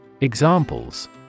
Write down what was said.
Examples